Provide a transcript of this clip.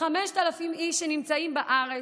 כ-5,000 איש שנמצאים בארץ,